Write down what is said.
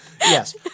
Yes